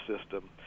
system